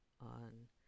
on